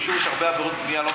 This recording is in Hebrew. ביישוב יש הרבה עבירות בנייה.